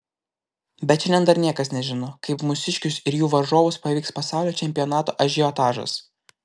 bet šiandien dar niekas nežino kaip mūsiškius ir jų varžovus paveiks pasaulio čempionato ažiotažas